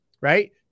right